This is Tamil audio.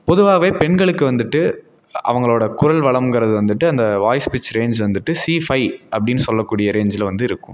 பொதுவாகவே பெண்களுக்கு வந்துட்டு அவங்களோடய குரல் வளம்ங்குறது வந்துட்டு அந்த வாய்ஸ் பிட்ச் ரேஞ்ச் வந்துட்டு சிஃபை அப்படினு சொல்லக்கூடிய ரேஞ்சில் வந்து இருக்கும்